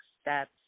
steps